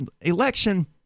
election